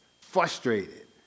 frustrated